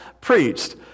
preached